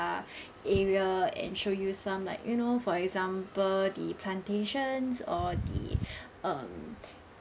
area and show you some like you know for example the plantations or the um